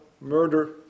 murder